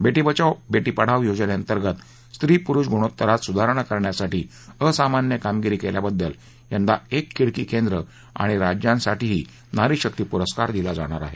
बेटी बचाव बेटी पढाव योजनेअंतर्गत स्त्री पुरुष गुणोत्तरात सुधारणा करण्यासाठी असामान्य कामगिरी केल्याबद्दल यंदा एक खिडकी केंद्र आणि राज्यासाठीही नारी शक्ती पुरस्कार दिला जाणार आहे